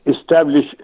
establish